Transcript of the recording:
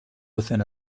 within